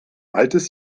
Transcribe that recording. altes